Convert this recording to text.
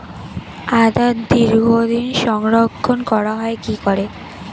আদা দীর্ঘদিন সংরক্ষণ করা হয় কি করে?